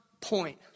point